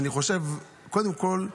אני חושב, קודם כול,